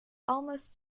almost